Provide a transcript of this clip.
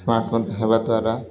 smart phone ହେବା ଦ୍ୱାରା